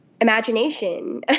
imagination